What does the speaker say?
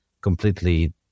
completely